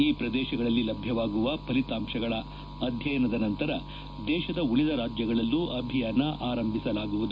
ಈ ಪ್ರದೇಶಗಳಲ್ಲಿ ಲಭ್ಯವಾಗುವ ಫಲಿತಾಂಶಗಳ ಅಧ್ಯಯನದ ನಂತರ ದೇಶದ ಉಳಿದ ರಾಜ್ಯಗಳಲ್ಲೂ ಅಭಿಯಾನ ಆರಂಭಿಸಲಾಗುವುದು